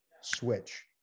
switch